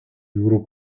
jūrų